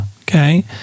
okay